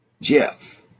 Jeff